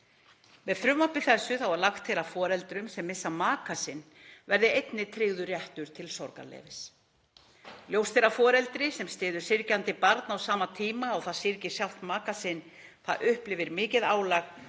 Með frumvarpi þessu er lagt til að foreldrum sem missa maka sinn verði einnig tryggður réttur til sorgarleyfis. Ljóst er að foreldri sem styður syrgjandi barn á sama tíma og það syrgir sjálft maka sinn upplifir mikið álag